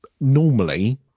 normally